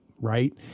Right